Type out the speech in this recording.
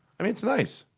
i mean, it's nice!